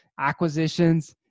acquisitions